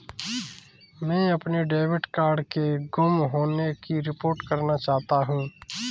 मैं अपने debit card के गुम होने की रिपोर्ट करना चाहता हूँ